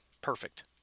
Perfect